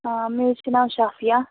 آ مےٚ حظ چھُ ناو شافیا